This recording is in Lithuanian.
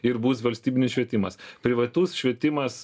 ir bus valstybinis švietimas privatus švietimas